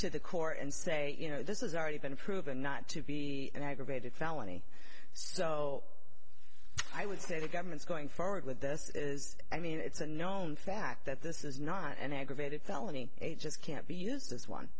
to the court and say you know this is already been proven not to be an aggravated felony so i would say the government's going forward with this is i mean it's a known fact that this is not an aggravated felony it just can't be used as one